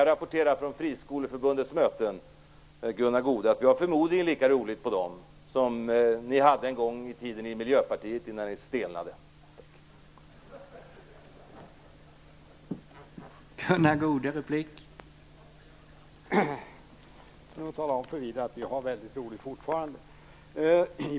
Jag kan för Gunnar Goude berätta att vi förmodligen har lika roligt på Friskoleförbundets möten som ni en gång i tiden hade på Miljöpartiets möten innan ni stelnade till.